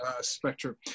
spectrum